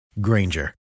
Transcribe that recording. Granger